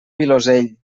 vilosell